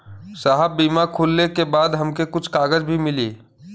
साहब बीमा खुलले के बाद हमके कुछ कागज भी मिली?